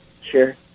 Sure